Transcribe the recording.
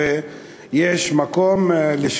בואו נתחיל מהסוף אף שלא תכננתי לדבר על זה.